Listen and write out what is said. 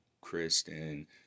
Kristen